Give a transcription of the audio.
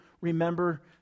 remember